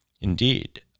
Indeed